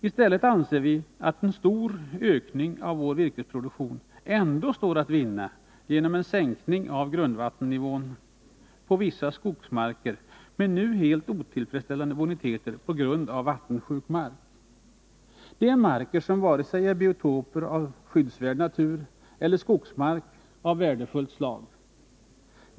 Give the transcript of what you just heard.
I stället anser vi att en stor ökning av vår virkesproduktion ändå står att vinna genom en sänkning av grundvattennivån på vissa skogsmarker med nu helt otillfredsställande boniteter på grund av vattensjuk mark. Det är marker som varken är biotoper av skyddsvärd natur eller skogsmark av värdefullt slag.